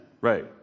right